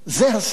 זה הסף.